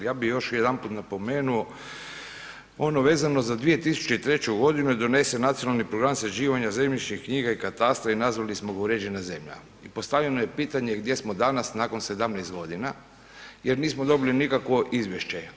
Ja bi još jedanput napomenuo ono vezano za 2003. g. je donesen Nacionalni program sređivanja zemljišnih knjiga i katastra i nazvali smo ga „Uređena zemlja“ i postavljeno je pitanje gdje smo danas nakon 17 g. jer nismo dobili nikakvo izvješće.